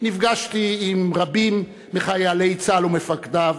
נפגשתי עם רבים מחיילי צה"ל ומפקדיו,